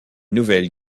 nouvelles